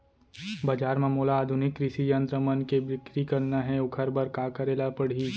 बजार म मोला आधुनिक कृषि यंत्र मन के बिक्री करना हे ओखर बर का करे ल पड़ही?